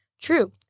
True